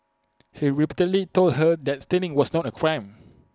he repeatedly told her that stealing was not A crime